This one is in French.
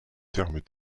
termes